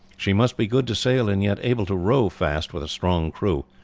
she must be good to sail and yet able to row fast with a strong crew,